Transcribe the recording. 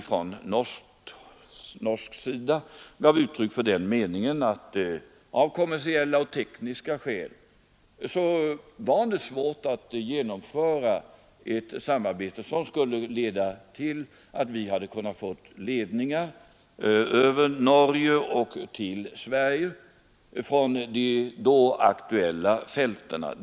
Från norsk sida gav man då uttryck för den meningen att det av kommersiella och tekniska skäl var svårt att genomföra ett samarbete, som skulle kunna föra till att vi hade fått ledningar över Norge till Sverige från de då aktuella fälten.